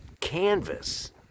canvas